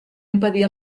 impedir